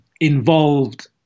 involved